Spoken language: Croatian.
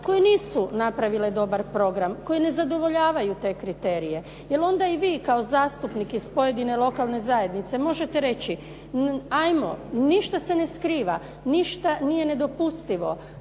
koje nisu napravile dobar program, koje ne zadovoljavaju te kriterije jer onda i vi kao zastupnik iz pojedine lokalne zajednice možete reći ajmo ništa se ne skriva, ništa nije nedopustivo,